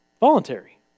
Voluntary